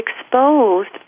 exposed